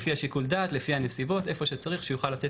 כל גורם רלוונטי יוכל להסביר